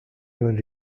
even